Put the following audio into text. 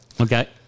okay